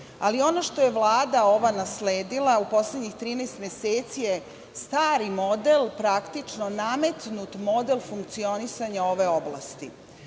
ali ono što je ova vlada nasledila u poslednjih 13 meseci je stari model, praktično nametnut model, funkcionisanja ove oblasti. Ono